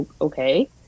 okay